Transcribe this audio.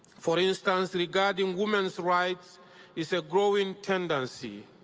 for instance, regarding women's rights is a growing tendency,